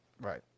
Right